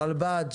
הרלב"ד,